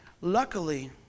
Luckily